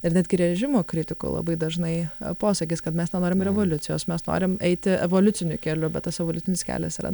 ir netgi režimo kritikų labai dažnai posakis kad mes nenorim revoliucijos mes norim eiti evoliuciniu keliu bet tas evoliucinis kelias yra